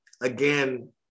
again